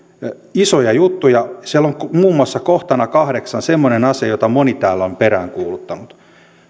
isoja juttuja siellä on muun muassa kohtana kahdeksan semmoinen asia jota moni täällä on peräänkuuluttanut